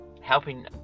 helping